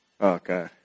Okay